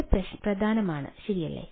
അത് പ്രധാനമാണ് ശരിയല്ലേ